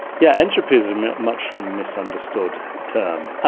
yeah entropy is a much misunderstood term.